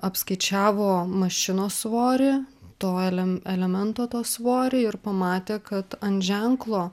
apskaičiavo mašinos svorį to elem elemento to svorį ir pamatė kad ant ženklo